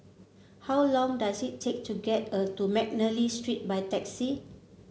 how long does it take to get a to McNally Street by taxi